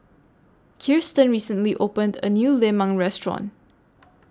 Kiersten recently opened A New Lemang Restaurant